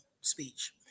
speech